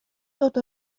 dod